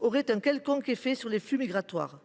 aurait un quelconque effet sur les flux migratoires.